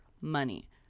money